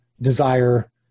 desire